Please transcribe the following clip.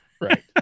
right